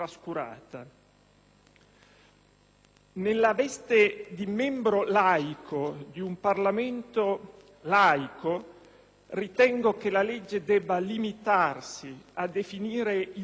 Nella veste di membro laico di un Parlamento laico ritengo che la legge debba limitarsi a definire il confine